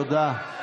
תודה.